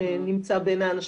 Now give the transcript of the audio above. שנמצא כאן.